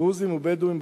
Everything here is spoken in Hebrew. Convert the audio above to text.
דרוזיים ובדואיים,